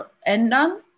ändern